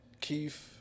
Keith